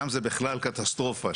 שם זה בכלל קטסטרופה.